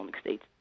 states